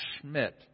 Schmidt